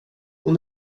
hon